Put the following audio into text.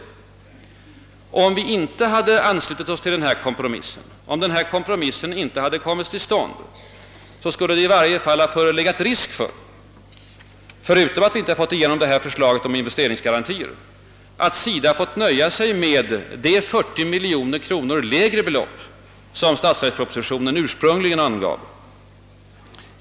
Om vi inte hade anslutit oss till kompromissen, skulle det i varje fall ha förelegat risk för — förutom att vi inte fått igenom vårt förslag om investeringsgaranti — att SIDA fått nöja sig med det 40 miljoner kronor lägre belopp som statsverkspropositionen ursprungligen angav.